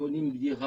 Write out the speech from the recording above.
הם קונים דירה,